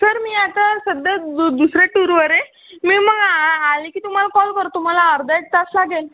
sir मी आता सध्या दु दुसऱ्या टूरवर आहे मी मग आ आ आले की तुम्हाला कॉल करतो मला अर्धा एक तास लागेल